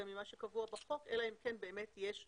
ממה שקבוע בחוק אלא אם כן באמת יש סגר.